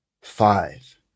five